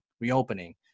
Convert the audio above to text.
reopening